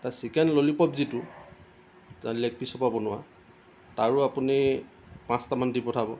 তাৰ chicken lollipop যিটো leg পিচৰ পৰা বনোৱা তাৰো আপুনি পাঁচটামান দি পঠাব